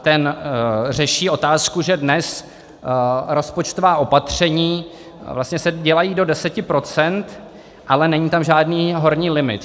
Ten řeší otázku, že dnes rozpočtová opatření vlastně se dělají do deseti procent, ale není tam žádný horní limit.